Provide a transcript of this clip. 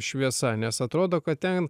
šviesa nes atrodo kad ten